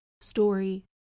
story